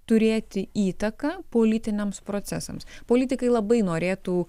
turėti įtaką politiniams procesams politikai labai norėtų